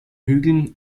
hügeln